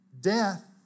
death